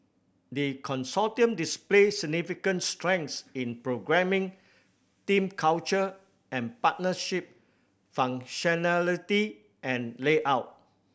the Consortium displayed significant strengths in programming team culture and partnership functionality and layout